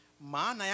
Ma